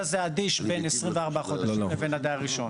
הזה --- בין 24 חודשים לבין הדייר הראשון.